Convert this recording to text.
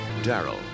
Daryl